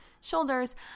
shoulders